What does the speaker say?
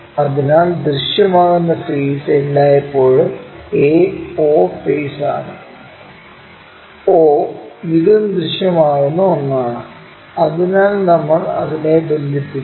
അതിനാൽ ദൃശ്യമാകുന്ന ഫെയ്സ് എല്ലായ്പ്പോഴും a o ഫെയ്സ് ആണ് o ഇതും ദൃശ്യമാകുന്ന ഒന്നാണ് അതിനാൽ നമ്മൾ അതിനെ ബന്ധിപ്പിക്കും